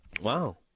Wow